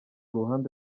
ruhande